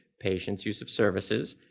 patients' use of services,